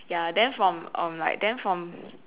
ya then from um like then from